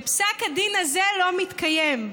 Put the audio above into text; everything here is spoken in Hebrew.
ופסק הדין הזה לא מתקיים,